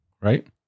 right